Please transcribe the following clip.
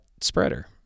spreader